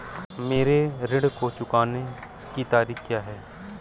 मेरे ऋण को चुकाने की तारीख़ क्या है?